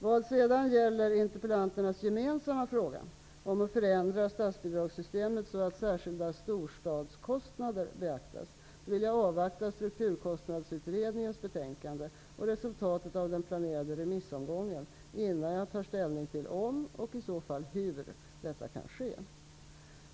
Vad sedan gäller interpellanternas gemensamma fråga om att förändra statsbidragssystemet så att särskilda ''storstadskostnader'' beaktas vill jag avvakta Strukturkostnadsutredningens betänkande och resultatet av den planerade remissomgången innan jag tar ställning till om och i så fall hur detta kan ske.